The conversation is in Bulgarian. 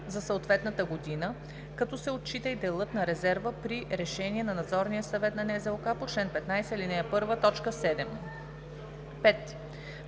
за съответната година, като се отчита и делът на резерва при решение на надзорния съвет на НЗОК по чл. 15, ал. 1, т. 7.